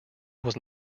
was